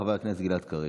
חבר הכנסת גלעד קריב.